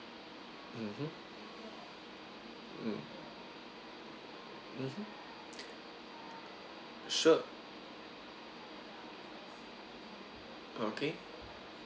mmhmm mm mmhmm sure okay